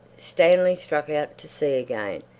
stanley struck out to sea again,